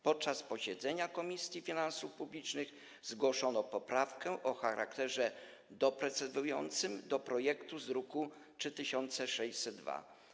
Podczas posiedzenia Komisji Finansów Publicznych zgłoszono poprawkę o charakterze doprecyzowującym do projektu z druku nr 3602.